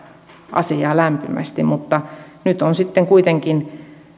asiaa lämpimästi mutta nyt on sitten kuitenkin